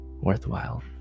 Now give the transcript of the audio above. worthwhile